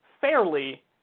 fairly